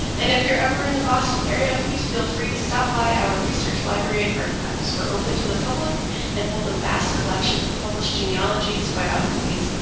and if you're ever in the boston area, please feel free to stop by our research library and archives. we're open to the public and hold a vast collection of published genealogies, biographies,